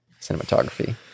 cinematography